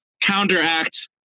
counteract